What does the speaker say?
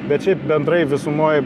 bet šiaip bendrai visumoj